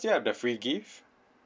still have the free gift